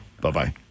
Bye-bye